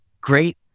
Great